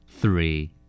three